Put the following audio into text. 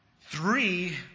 three